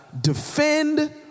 defend